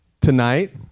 Tonight